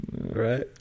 right